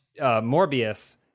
Morbius